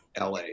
la